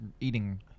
eating